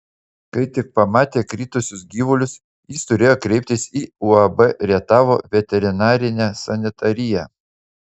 kai tik pamatė kritusius gyvulius jis turėjo kreiptis į uab rietavo veterinarinę sanitariją